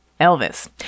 Elvis